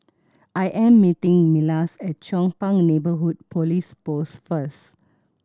I am meeting Milas at Chong Pang Neighbourhood Police Post first